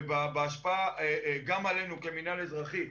ובהשפעה גם עלינו כמינהל האזרחי,